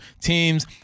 teams